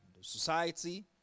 society